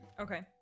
Okay